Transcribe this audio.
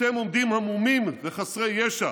אתם עומדים המומים וחסרי ישע